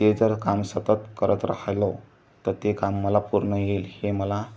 ते जर काम सतत करत राहिलं तर ते काम मला पूर्ण येईल हे मला